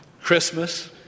Christmas